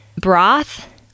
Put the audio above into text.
Broth